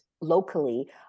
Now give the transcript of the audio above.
locally